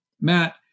Matt